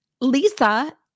Lisa